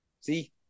See